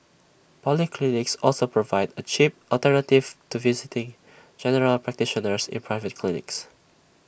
polyclinics also provide A cheap alternative to visiting general practitioners in private clinics